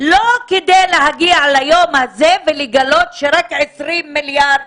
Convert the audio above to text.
זה לא כדי להגיע ליום הזה ולגלות שרק 20 מיליארד